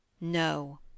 No